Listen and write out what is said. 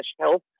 health